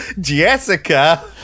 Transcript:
jessica